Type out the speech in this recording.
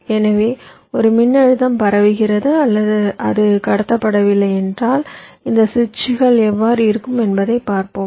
எனவே ஒரு மின்னழுத்தம் பரவுகிறது அல்லது அது கடத்தப்படவில்லை என்றால் இந்த சுவிட்சுகள் எவ்வாறு இருக்கும் என்பதைப் பார்ப்போம்